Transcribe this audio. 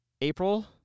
April